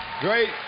Great